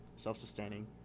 self-sustaining